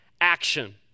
action